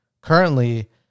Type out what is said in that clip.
currently